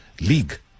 league